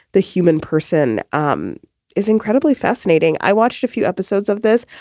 the human person um is incredibly fascinating. i watched a few episodes of this.